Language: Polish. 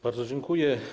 Bardzo dziękuję.